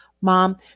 Mom